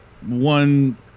one